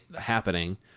happening